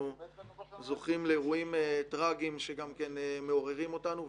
זוכים לאירועים טראגיים שמעוררים אותנו,